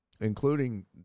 including